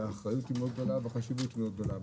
יש אחריות מאוד גדולה וחשיבות מאוד גדולה.